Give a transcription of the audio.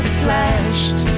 flashed